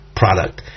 product